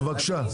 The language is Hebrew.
בבקשה.